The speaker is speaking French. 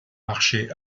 marché